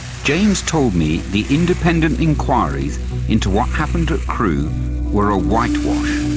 james told me the independent enquiries into what happened at cru were a whitewash.